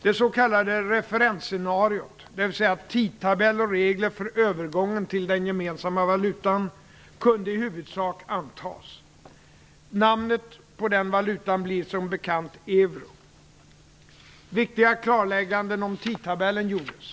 Det s.k. referensscenariot, dvs. tidtabell och regler för övergången till den gemensamma valutan, kunde i huvudsak antas. Namnet på den valutan blir som bekant euro. Viktiga klarlägganden om tidtabellen gjordes.